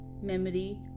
memory